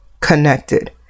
connected